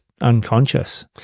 unconscious